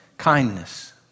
Kindness